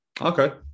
Okay